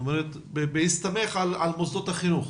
זאת אומרת בהסתמך על מוסדות החינוך.